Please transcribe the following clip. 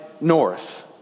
north